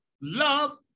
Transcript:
Love